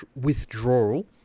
withdrawal